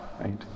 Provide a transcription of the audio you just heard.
Right